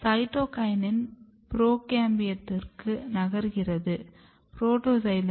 cytokinin புரோகேம்பியத்துக்கு நகர்கிறது புரோட்டோசைலமில்